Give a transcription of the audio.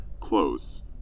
close